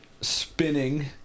spinning